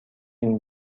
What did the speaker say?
این